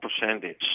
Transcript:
percentage